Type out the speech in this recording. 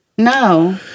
No